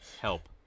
help